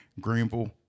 Greenville